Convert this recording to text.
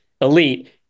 elite